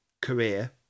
career